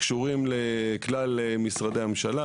שקשורים לכלל משרדי הממשלה,